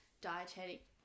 dietetic